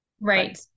right